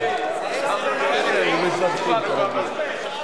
הממשלה מבקשת להצביע היום.